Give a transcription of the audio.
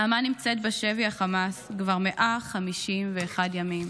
נעמה נמצאת בשבי החמאס כבר 151 ימים.